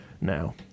now